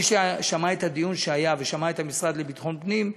מי ששמע את הדיון שהיה ושמע את המשרד לביטחון פנים,